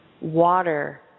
water